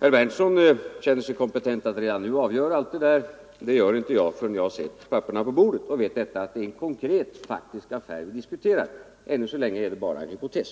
Herr Berndtson känner sig kompetent att redan nu avgöra allt detta. Det gör inte jag förrän jag har sett papperen på bordet och vet att det är en konkret, faktisk affär vi diskuterar. Ännu så länge är det bara en hypotes.